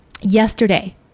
yesterday